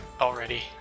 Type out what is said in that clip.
Already